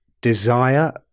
desire